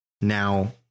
now